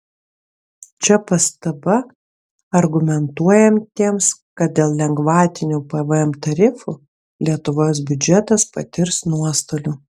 čia pastaba argumentuojantiems kad dėl lengvatinių pvm tarifų lietuvos biudžetas patirs nuostolių